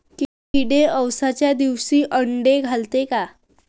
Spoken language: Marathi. किडे अवसच्या दिवशी आंडे घालते का?